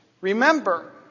Remember